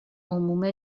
عموم